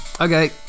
Okay